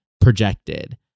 projected